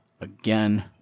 again